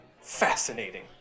Fascinating